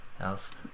else